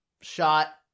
shot